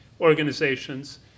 organizations